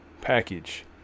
package